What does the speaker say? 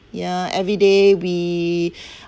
ya everyday we